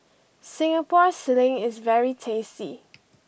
Singapore Sling is very tasty